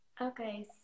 Okay